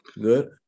good